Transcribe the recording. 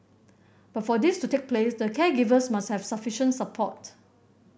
but for this to take place the caregivers must have sufficient support